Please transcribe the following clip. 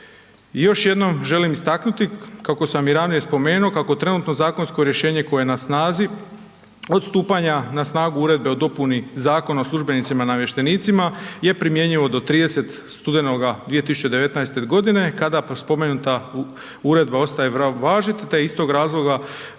I još jednom želim istaknuti, kako sam i ranije spomenu kako trenutno zakonsko rješenje koje je na snazi odstupanja na snagu uredbe o dopuni Zakona o službenicima i namještenicima je primjenjivo do 30. studenoga 2019. godine kada spomenuta uredba ostaje važiti te je iz tog razloga